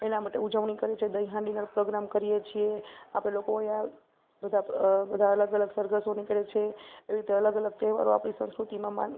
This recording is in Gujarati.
એના માટે ઉજવણી કરી છે દહીં હાંડીના પ્રોગ્રામ કરીએ છીએ આપણે લોકોએ આ બધા અલગ અલગ સરઘસો નીકળે છે એવી રીતે અલગ અલગ તહેવારો આપણી સંસ્કૃતિમાં માન